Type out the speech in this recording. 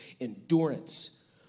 endurance